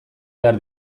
behar